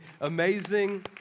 amazing